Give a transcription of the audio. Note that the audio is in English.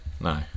No